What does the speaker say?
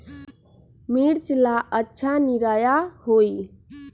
मिर्च ला अच्छा निरैया होई?